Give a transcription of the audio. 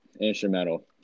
Instrumental